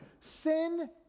Sin